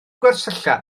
gwersylla